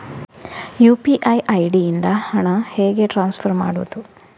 UPI ID ಇಂದ ಹಣ ಹೇಗೆ ಟ್ರಾನ್ಸ್ಫರ್ ಮಾಡುದು?